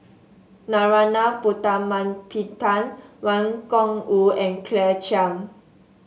Narana Putumaippittan Wang Gungwu and Claire Chiang